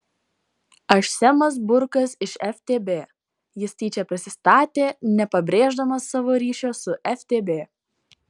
aš semas burkas iš ftb jis tyčia prisistatė nepabrėždamas savo ryšio su ftb